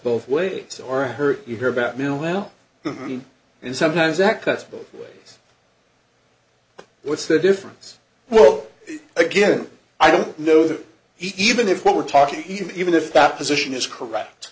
both ways or hurt you hear about militia and sometimes that cuts both ways what's the difference well again i don't know that even if what we're talking even if that position is correct